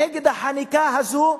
נגד החניקה הזאת,